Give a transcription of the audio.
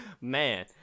Man